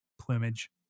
plumage